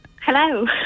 Hello